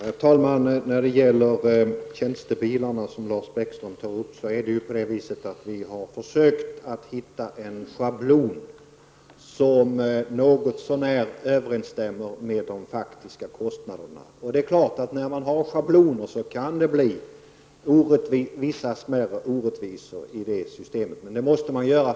Herr talman! När det gäller tjänstebilar har vi försökt att hitta en schablonmässig lösning som något så när överensstämmer med de faktiska kostnaderna. Det är klart att det kan uppstå smärre orättvisor i ett system med schabloner.